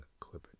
ClipIt